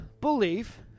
belief